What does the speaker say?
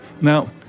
Now